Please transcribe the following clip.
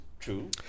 True